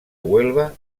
huelva